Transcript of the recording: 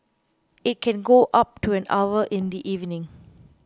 it can go up to an hour in the evening